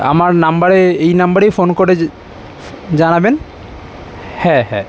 আমার নম্বরে এই নম্বরেই ফোন করে জানাবেন হ্যাঁ হ্যাঁ